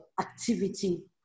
activity